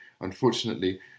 unfortunately